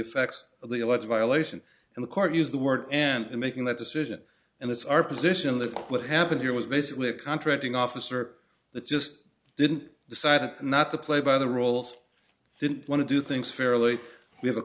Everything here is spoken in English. effects of the alleged violation and the court use the word and making that decision and it's our position that quick happened here was basically a contracting officer that just didn't decide not to play by the rules didn't want to do things fairly we have a